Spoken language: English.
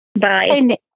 Bye